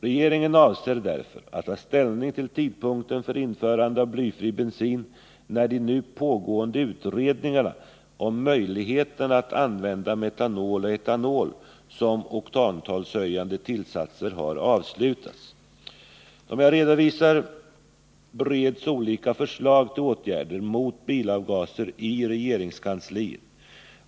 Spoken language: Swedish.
Regeringen avser därför att ta ställning till Om bilavgasernas tidpunkten för införande av blyfri bensin när de nu pågående utredningarna — hälsooch miljöom möjligheterna att använda metanol och etanol som oktantalshöjande effekter tillsatser har avslutats. Som jag redovisat bereds olika förslag till åtgärder mot bilavgaser i regeringskansliet.